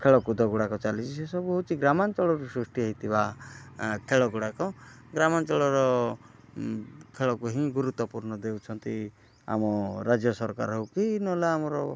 ଖେଳକୁଦଗୁଡ଼ାକ ଚାଲିଚି ସେସବୁ ହଉଚି ଗ୍ରାମାଞ୍ଚଳରୁ ସୃଷ୍ଟି ହୋଇଥିବା ଖେଳଗୁଡ଼ାକ ଗ୍ରାମାଞ୍ଚଳର ଖେଳକୁ ହିଁ ଗୁରୁତ୍ଵପୂର୍ଣ୍ଣ ଦେଉଛନ୍ତି ଆମ ରାଜ୍ୟସରକାର ହେଉ କି ନହେଲେ ଆମର